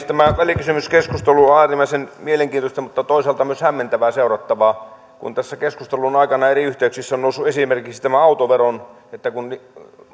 tämä välikysymyskeskustelu on äärimmäisen mielenkiintoista mutta toisaalta myös hämmentävää seurattavaa kun tässä keskustelun aikana eri yhteyksissä on noussut esimerkiksi tämä autovero että kun